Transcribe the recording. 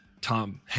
Tom